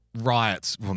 riots